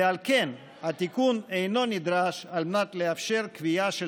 ועל כן התיקון אינו נדרש על מנת לאפשר קביעה של